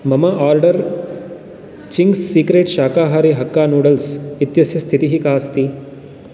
मम order Ching's secret शाकाहारी hakka noodles इत्यस्य स्थितिः का अस्ति